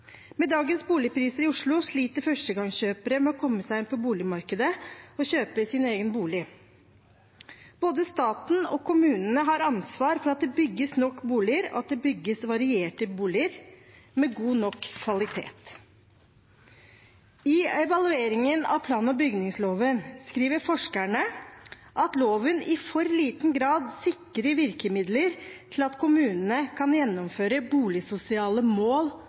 Med dagens boligpriser i Oslo sliter førstegangskjøpere med å komme seg inn på boligmarkedet og kjøpe sin egen bolig. Både staten og kommunene har ansvar for at det bygges nok boliger, og at det bygges varierte boliger med god nok kvalitet. I evalueringen av plan- og bygningsloven skriver forskerne at loven i for liten grad sikrer virkemidler for at kommunene kan gjennomføre boligsosiale mål